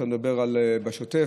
אתה מדבר על השוטף,